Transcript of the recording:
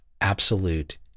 absolute